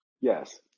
Yes